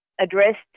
Addressed